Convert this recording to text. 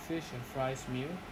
fish and fries meal